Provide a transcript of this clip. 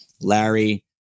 Larry